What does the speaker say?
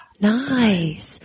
Nice